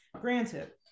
Granted